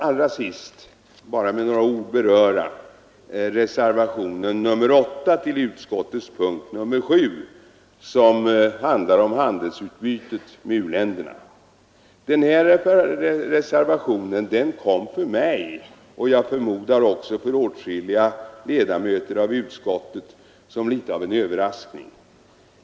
Allra sist skall jag med några ord beröra reservationen 8 till utskottets punkt 7, som handlar om handelsutbytet med u-länderna. Den här reservationen kom för mig — och jag förmodar också för åtskilliga andra ledamöter av utskottet — som något av en överraskning.